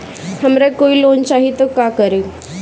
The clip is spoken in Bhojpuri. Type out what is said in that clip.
हमरा कोई लोन चाही त का करेम?